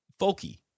folky